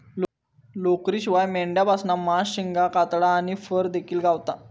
लोकरीशिवाय मेंढ्यांपासना मांस, शिंगा, कातडा आणि फर देखिल गावता